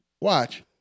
watch